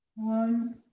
one,